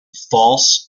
false